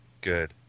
good